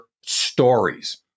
stories